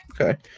Okay